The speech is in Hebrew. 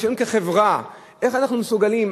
אנחנו כחברה, איך אנחנו מסוגלים?